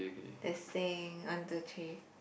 testing one two three